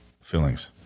feelings